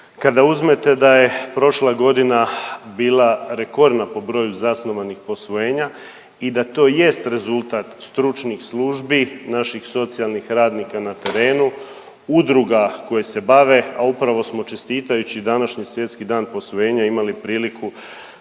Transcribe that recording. Kada uzmete da je prošla godina bila rekordna po broju zasnovanih posvojenja i da to jest rezultat stručnih službi, naših socijalnih radnika na terenu, udruga koje se bave, a upravo smo, čestitajući današnji Svjetski dan posvojenja imali priliku